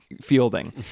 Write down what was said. fielding